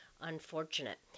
unfortunate